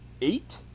eight